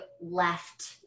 left